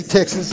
Texas